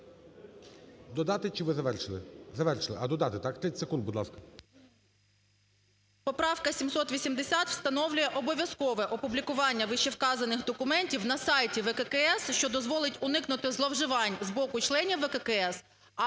Поправка 780 встановлює обов'язкове опублікування вищевказаних документів на сайті ВККС, що дозволить уникнути зловживань з боку членів ВККС,